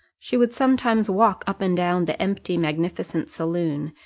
she would sometimes walk up and down the empty magnificent saloon,